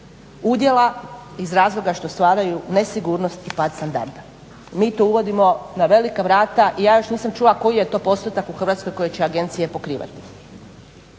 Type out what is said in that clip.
udjela iz razloga što stvaraju nesigurnost i pad standarda. Mi to uvodimo na velika vrata i ja još nisam čula koji je to postotak u Hrvatskoj koji će agencije pokrivati.